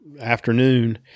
afternoon